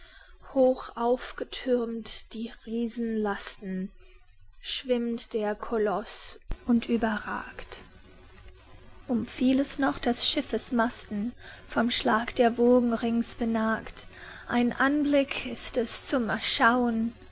hoch aufgethürmt die riesenlasten schwimmt der koloß und überragt um vieles noch des schiffes masten vom schlag der wogen rings benagt ein anblick ist es zum erschauern